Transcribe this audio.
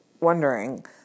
wondering